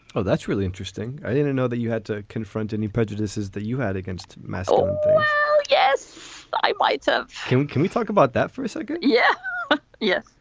oh, that's really interesting. i didn't know that you had to confront any prejudices that you had against messel oh, yes, i might. so can we talk about that for a second? yeah yes